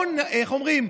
איך אומרים?